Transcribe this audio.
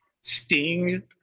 sting